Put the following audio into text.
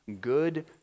good